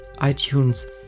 iTunes